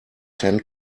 ten